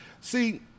see